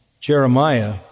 Jeremiah